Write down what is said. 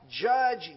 judge